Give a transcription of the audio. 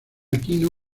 aquino